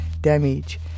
Damage